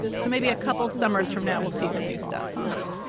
so maybe a couple of summers from now we'll see some new stuff, huh?